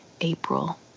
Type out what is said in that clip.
April